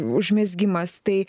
užmezgimas tai